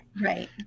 Right